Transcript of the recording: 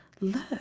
look